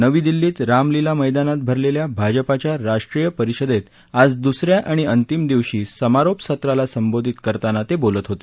नवी दिल्लीत रामलिला मैदानात भरलेल्या भाजपाच्या राष्ट्रीय परिषदेत आज दुस या आणि अंतिम दिवशी समारोप सत्राला संबोधित करताना ते बोलत होते